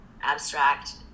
abstract